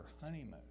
honeymoon